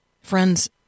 friends